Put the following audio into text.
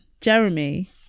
Jeremy